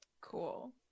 Cool